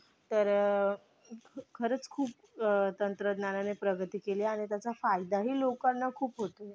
तर ख् खरंच खूप अ तंत्रज्ञानाने प्रगती केली आणि त्याचा फायदाही लोकांना खूप होतोय